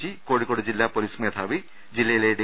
G Kozhikode ജില്ല police മേധാവി ജില്ലയിലെ ഡി